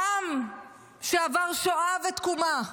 העם שעבר שואה ותקומה,